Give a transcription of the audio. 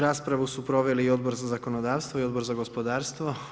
Raspravu su proveli Odbor za zakonodavstvo i Odbor za gospodarstvo.